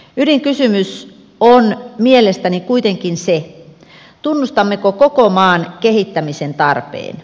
ydinkysymys on mielestäni kuitenkin se tunnustammeko koko maan kehittämisen tarpeen